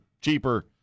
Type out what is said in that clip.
cheaper